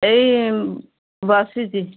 ଏଇ ବସିଛି